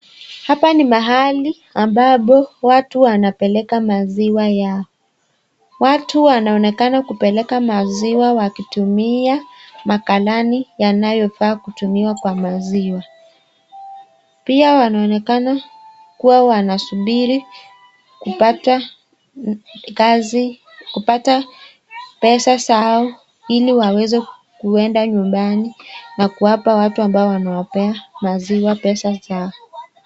Hapa ni mahali ambapo watu wanapeleka maziwa yao. Watu wanaonekana kupeleka maziwa wakitumia magalani yanayofaa kutumiwa kwa maziwa. Pia wanaonekana kuwa wanasubiri kupata pesa zao ili waweze kuenda nyumbani na kuwapa watu ambao wanawapea maziwa pesa zao.